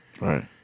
right